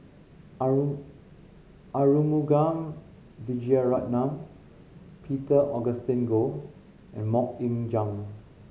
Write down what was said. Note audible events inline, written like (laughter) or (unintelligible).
(unintelligible) Arumugam Vijiaratnam Peter Augustine Goh and Mok Ying Jang